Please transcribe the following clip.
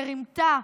שרימתה,